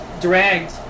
dragged